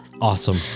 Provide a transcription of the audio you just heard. Awesome